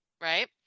Right